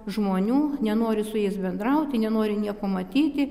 žmonių nenori su jais bendrauti nenori nieko matyti